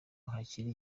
hakiri